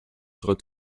serait